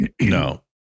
no